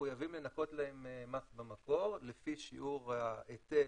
מחויבים לנכות להם מס במקור לפי שיעור ההיטל